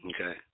okay